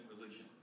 religion